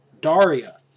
Daria